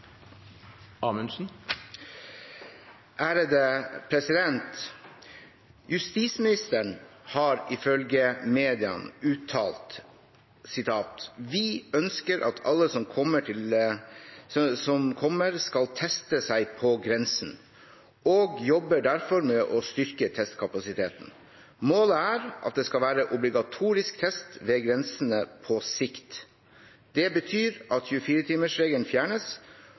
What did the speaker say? har ifølge mediene uttalt at «Vi ønsker at alle som kommer skal teste seg på grensen, og jobber derfor med å styrke testkapasiteten. Målet er at det skal være obligatorisk test ved grensene på sikt. Det betyr at 24-timers regelen fjernes,